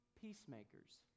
peacemakers